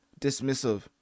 dismissive